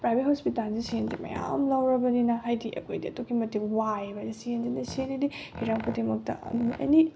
private ꯍꯣꯁꯄꯤꯇꯥꯜꯁꯤ ꯁꯦꯟꯗꯤ ꯃꯌꯥꯝ ꯑꯃ ꯂꯧꯔꯕꯅꯤꯅ ꯍꯥꯏꯗꯤ ꯑꯩꯈꯣꯏꯗꯤ ꯑꯗꯨꯛꯀꯤ ꯃꯇꯤꯛ ꯋꯥꯏꯑꯦꯕ ꯁꯦꯟꯁꯤꯅ ꯁꯦꯟꯁꯤꯗꯤ ꯍꯤꯔꯝ ꯈꯨꯗꯤꯡꯃꯛꯇ ꯑꯗꯨꯝ ꯑꯦꯅꯤ